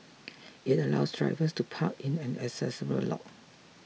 it allows drivers to park in an accessible lot